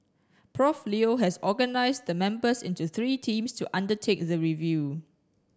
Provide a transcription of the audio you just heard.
Prof Leo has organised the members into three teams to undertake the review